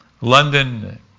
London